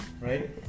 right